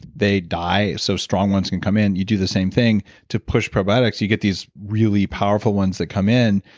they die so strong ones can come in you do the same thing to push probiotics. you get these really powerful ones that come in,